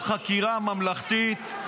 ועדת חקירה ממלכתית,